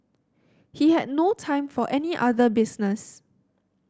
he had no time for any other business